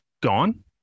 gone